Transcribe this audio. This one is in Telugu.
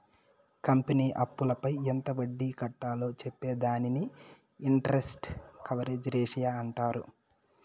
కంపెనీ అప్పులపై ఎంత వడ్డీ కట్టాలో చెప్పే దానిని ఇంటరెస్ట్ కవరేజ్ రేషియో అంటారు